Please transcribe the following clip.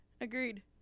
agreed